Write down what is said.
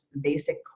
basic